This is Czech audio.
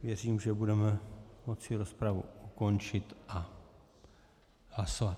Věřím, že budeme moci rozpravu ukončit a hlasovat.